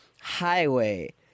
Highway